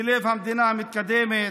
בלב המדינה המתקדמת,